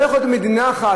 לא יכול להיות במדינה אחת,